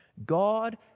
God